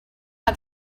had